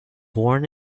born